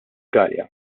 galea